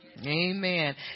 Amen